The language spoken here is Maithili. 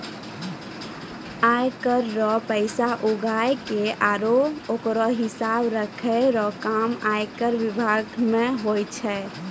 आय कर रो पैसा उघाय के आरो ओकरो हिसाब राखै रो काम आयकर बिभाग मे हुवै छै